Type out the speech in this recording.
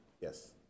Yes